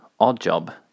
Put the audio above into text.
Oddjob